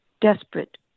desperate